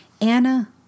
Anna